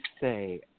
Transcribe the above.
say